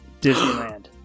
Disneyland